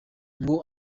ngo